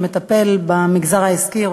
שמטפל במגזר העסקי,